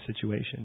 situation